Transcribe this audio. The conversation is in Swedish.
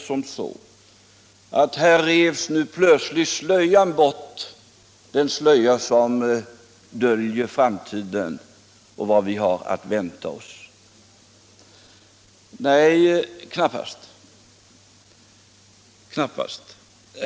Var det någon som uppfattade anförandet så att den slöja som döljer framtiden och vad vi har att vänta oss nu plötsligt revs bort? Nej, knappast.